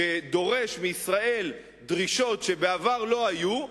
שדורש מישראל דרישות שבעבר לא היו,